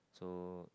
so